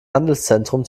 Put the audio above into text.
handelszentrum